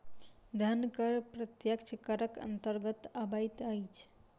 धन कर प्रत्यक्ष करक अन्तर्गत अबैत अछि